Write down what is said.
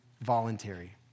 voluntary